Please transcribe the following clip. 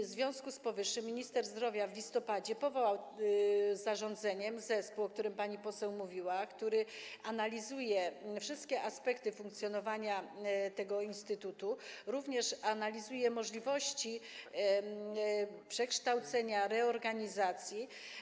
W związku z powyższym minister zdrowia w listopadzie powołał zarządzeniem zespół, o którym pani poseł mówiła, który analizuje wszystkie aspekty funkcjonowania tego instytutu, również analizuje możliwości przekształcenia, reorganizacji.